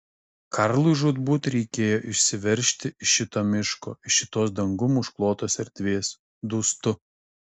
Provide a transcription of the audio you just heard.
karlui žūtbūt reikėjo išsiveržti iš šito miško iš šitos dangum užklotos erdvės dūstu